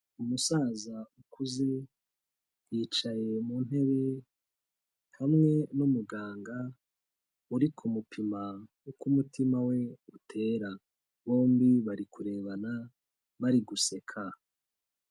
Umusaza ukuze yicaye mu ntebe hamwe n'umuganga uri kumupima uko umutima we utera, bombi bari kurebana bari guseka.